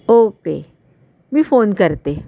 okay मी phone करते